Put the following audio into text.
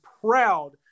proud